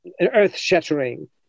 earth-shattering